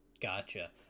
gotcha